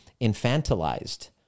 infantilized